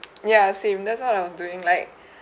ya same that's what I was doing like